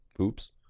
oops